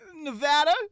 nevada